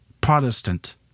Protestant